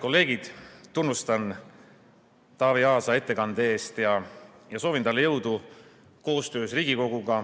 kolleegid! Tunnustan Taavi Aasa ettekande eest ning soovin talle jõudu koostöös Riigikoguga